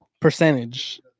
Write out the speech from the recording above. percentage